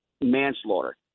manslaughter